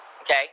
Okay